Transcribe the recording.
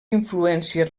influències